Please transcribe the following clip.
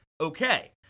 okay